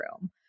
room